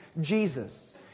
Jesus